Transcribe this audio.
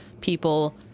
people